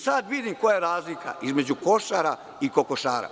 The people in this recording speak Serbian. Sada vidim koja je razlika između Košara i kokošara.